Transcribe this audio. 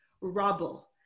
rubble